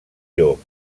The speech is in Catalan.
llop